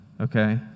Okay